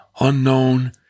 unknown